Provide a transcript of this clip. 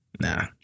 Nah